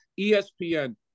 ESPN